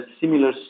similar